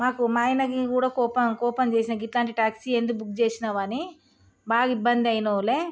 మాకు మా ఆయనకి కూడా కోప కోపం చేసిన ఇట్లాంటి ట్యాక్సీ ఎందుకు బుక్ చేసినావు అని బాగా ఇబ్బంది అయినావులే